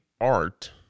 art